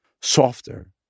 softer